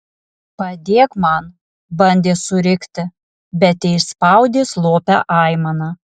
padėk man bandė surikti bet teišspaudė slopią aimaną